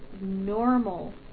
normal